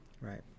right